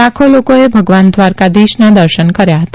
લાખો લોકોએ ભગવાન દ્વારકાધીશના દર્શન કર્યા હતા